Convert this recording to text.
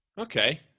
Okay